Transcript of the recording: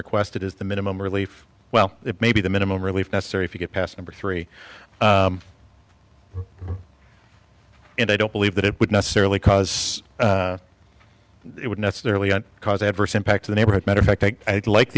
requested is the minimum relief well it may be the minimum relief necessary if you get past number three and i don't believe that it would necessarily cause it would necessarily cause adverse impacts a neighborhood matter of fact i like